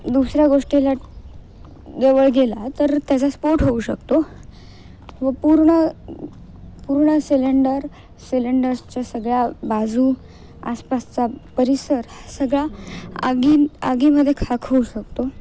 दुसऱ्या गोष्टीला जवळ गेला तर त्याचा स्फोट होऊ शकतो व पूर्ण पूर्ण सिलेंडर सिलेंडर्सच्या सगळ्या बाजू आसपासचा परिसर सगळा आगी आगीमध्ये खाक होऊ शकतो